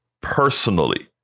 personally